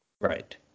Right